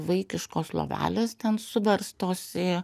vaikiškos lovelės ten suverstos į